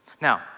Now